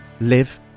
live